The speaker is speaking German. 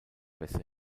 bässe